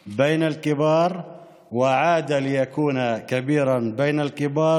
איחוד בני סח'נין היא קבוצה ראויה ויש לה מקום טבעי בליגת העל.